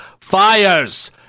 fires